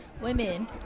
Women